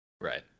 right